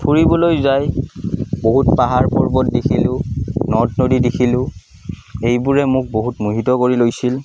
ফুৰিবলৈ যাই বহুত পাহাৰ পৰ্বত দেখিলোঁ নদ নদী দেখিলোঁ এইবোৰে মোক বহুত মোহিত কৰি লৈছিল